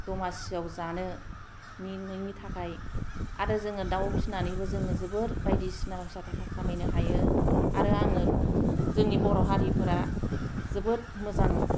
दमासियाव जानोनि नोंनि थाखाय आरो जोङो दाउ फिनानैबो जोङो जोबोर बायदिसिना फैसा थाखा खामायनो हायो आरो आङो जोंनि बर' हारिफोरा जोबोद मोजां